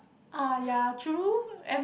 ah ya true and